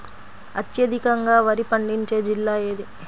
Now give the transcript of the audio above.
అత్యధికంగా వరి పండించే జిల్లా ఏది?